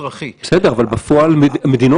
האזרחיים תצטרך להימדד על פי מידת